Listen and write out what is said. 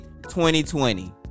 2020